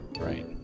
right